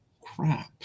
crap